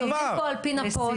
אנחנו מדברים פה על פי נפות,